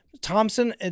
Thompson